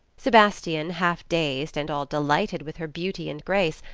sebastian, half dazed and all delighted with her beauty and grace,